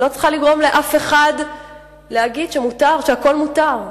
לא צריכה לגרום לאף אחד להגיד שמותר, שהכול מותר.